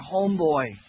homeboy